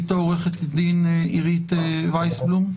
ואיתו עורכת הדין עירית וייסבלום.